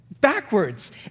backwards